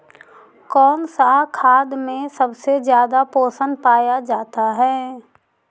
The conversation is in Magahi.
कौन सा खाद मे सबसे ज्यादा पोषण पाया जाता है?